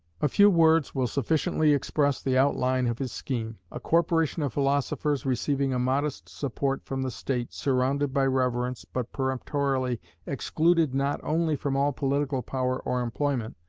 a few words will sufficiently express the outline of his scheme. a corporation of philosophers, receiving a modest support from the state, surrounded by reverence, but peremptorily excluded not only from all political power or employment,